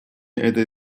этой